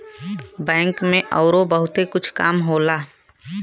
bank में अउरो बहुते कुछ काम होला